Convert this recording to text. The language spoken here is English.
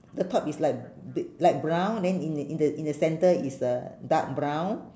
the top is like bei~ light brown then in the in the in the center is uh dark brown